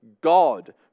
God